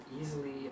easily